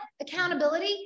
accountability